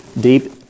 deep